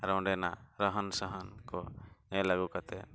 ᱟᱨ ᱚᱸᱰᱮᱱᱟᱜ ᱨᱟᱦᱟᱱᱼᱥᱟᱦᱟᱱ ᱠᱚ ᱧᱮᱞ ᱟᱹᱜᱩ ᱠᱟᱛᱮᱫ